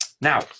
Now